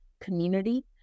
community